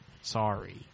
Sorry